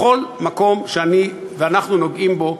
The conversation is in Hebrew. בכל מקום שאני ואנחנו נוגעים בו,